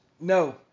No